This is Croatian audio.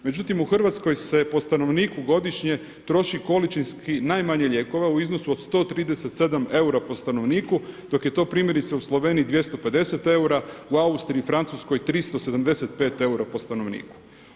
Međutim u Hrvatskoj se po stanovniku godišnje troši količinski najmanje lijekova u iznosu od 137 eura po stanovniku dok je to primjerice u Sloveniji 250 eura, u Austriji, u Francuskoj 375 eura po stanovniku.